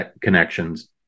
connections